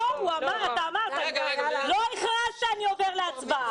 אתה אמרת, לא הכרזת "אני עובר להצבעה".